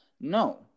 No